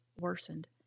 worsened